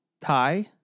Thai